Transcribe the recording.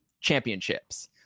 championships